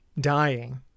dying